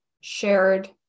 shared